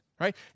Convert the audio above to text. right